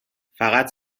فقط